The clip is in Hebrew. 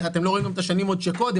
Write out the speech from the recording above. אתם לא רואים גם את השנים של קודם,